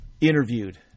interviewed